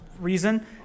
reason